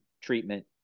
treatment